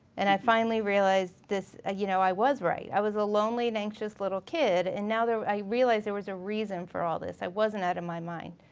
and i finally realized this, you know i was right. i was a lonely and anxious little kid and now i realized there was a reason for all this, i wasn't out of my mind.